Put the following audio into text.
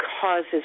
causes